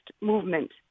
movement